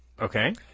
Okay